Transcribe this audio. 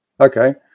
Okay